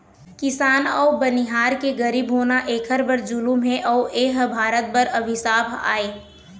किसान अउ बनिहार के गरीब होना एखर बर जुलुम हे अउ एह भारत बर अभिसाप आय